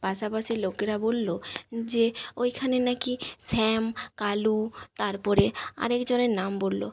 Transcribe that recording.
পাশাপাশি লোকেরা বললো যে ওইখানে না কি শ্যাম কালু তারপরে আর একজনের নাম বললো